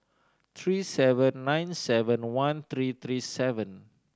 three seven nine seven one three three seven